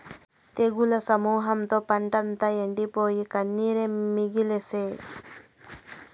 తెగుళ్ల సమూహంతో పంటంతా ఎండిపోయి, కన్నీరే మిగిల్సే